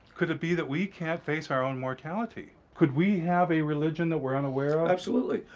could it be that we can't face our own mortality? could we have a religion that we're unaware of? absolutely.